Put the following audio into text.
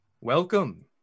welcome